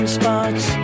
spots